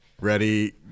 Ready